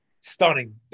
stunning